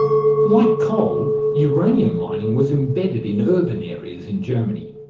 like coal, uranium mining was embedded in urban areas in germany,